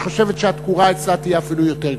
שחושבת שהתקורה אצלה תהיה אפילו יותר גדולה.